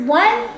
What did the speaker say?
one